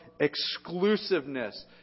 exclusiveness